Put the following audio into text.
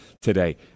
today